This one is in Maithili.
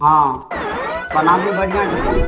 हँ बनाबु बढ़िऑं जकाँ